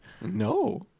No